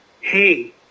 hey